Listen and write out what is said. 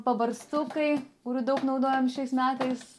pabarstukai kurių daug naudojam šiais metais